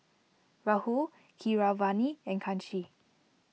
Rahul Keeravani and Kanshi